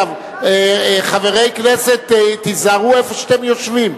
חברי כנסת, תיזהרו איפה שאתם יושבים.